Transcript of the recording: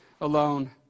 alone